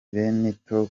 benito